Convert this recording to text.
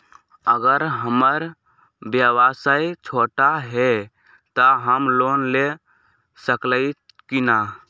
अगर हमर व्यवसाय छोटा है त हम लोन ले सकईछी की न?